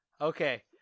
Okay